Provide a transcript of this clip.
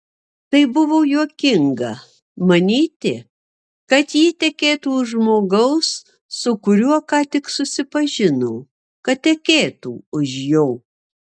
tai buvo juokinga manyti kad ji tekėtų už žmogaus su kuriuo ką tik susipažino kad tekėtų už jo